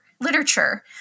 literature